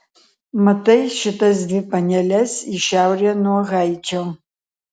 matai šitas dvi paneles į šiaurę nuo haičio